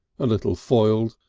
a little foiled,